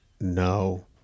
no